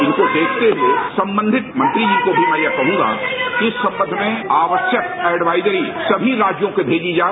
इनको देखते हुए संबंधित मंत्री जी को भी मैं यह कहूंगा कि शपथ में आवश्यक एडवायजरी सभी राज्यों को भेजी जाए